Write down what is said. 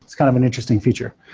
it's kind of an interesting feature.